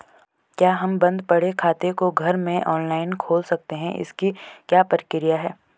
क्या हम बन्द पड़े खाते को घर में ऑनलाइन खोल सकते हैं इसकी क्या प्रक्रिया है?